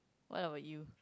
what about you